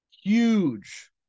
Huge